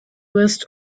west